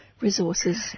resources